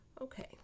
Okay